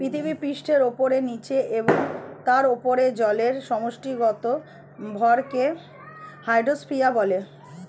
পৃথিবীপৃষ্ঠের উপরে, নীচে এবং তার উপরে জলের সমষ্টিগত ভরকে হাইড্রোস্ফিয়ার বলে